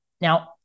Now